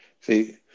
See